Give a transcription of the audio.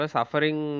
Suffering